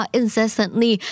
incessantly